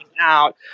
out